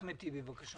אחמד טיבי בבקשה.